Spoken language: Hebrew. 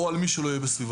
או על מי שלא יהיה בסביבתו,